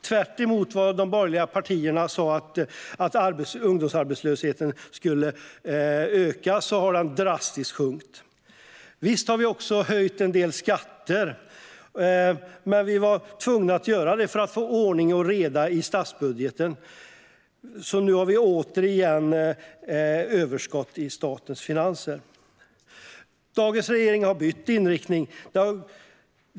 Tvärtemot vad de borgerliga partierna sa, att ungdomsarbetslösheten skulle öka, har den drastiskt sjunkit. Visst har vi också höjt en del skatter, men vi var tvungna att göra det för att få ordning och reda i statsbudgeten. Nu har vi återigen överskott i statens finanser. Dagens regering har bytt inriktning.